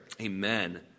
Amen